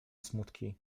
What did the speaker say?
smutki